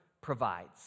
provides